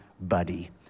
Buddy